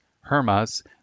Hermas